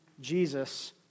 Jesus